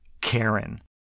Karen